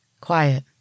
Quiet